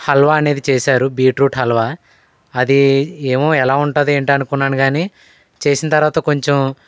హాల్వా అనేది చేసారు బీట్రూట్ హల్వా అది ఏమో ఎలా ఉంటుంది ఏంటని అనుకున్నాను కానీ చేసిన తరువాత కొంచెం